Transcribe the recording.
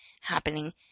happening